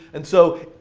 and so,